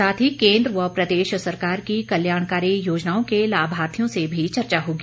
साथ ही केन्द्र व प्रदेश सरकार की कल्याणकारी योजनाओं के लाभार्थियों से भी चर्चा होगी